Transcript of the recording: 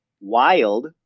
Wild